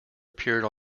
appeared